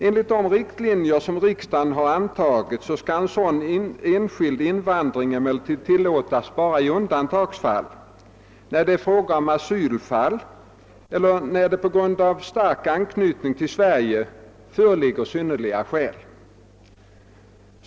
Enligt de riktlinjer som riksdagen har antagit skall sådan enskild invandring emellertid tillåtas bara i undantagsfall, när det är fråga om asylfall el ler när det på grund av stark anknytning till Sverige föreligger andra synnerliga skäl.